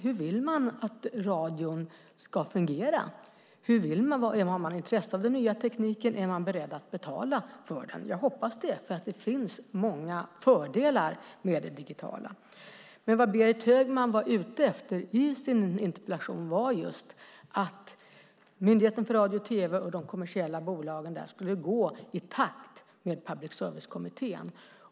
Hur vill de att radion ska fungera? Har de intresse av den nya tekniken? Är de beredda att betala för den? Jag hoppas det eftersom det finns många fördelar med det digitala. Det Berit Högman var ute efter i sin interpellation var just att Myndigheten för radio och tv och de kommersiella bolagen där skulle gå i takt med Public service-kommittén.